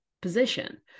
position